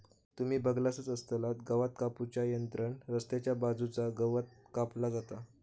तुम्ही बगलासच आसतलास गवात कापू च्या यंत्रान रस्त्याच्या बाजूचा गवात कापला जाता